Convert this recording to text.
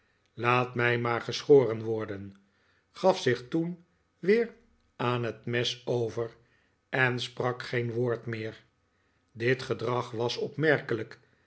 laat mij maar geschoren worden gaf zich toen weer aan het mes over en sprak geen woord meer dit gedrag was opmerkelijk